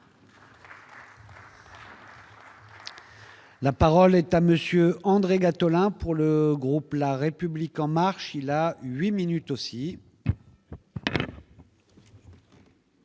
La parole est à Monsieur André Gattolin pour le groupe, la République en marche, il a 8 minutes aussi.